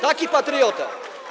Taki patriota.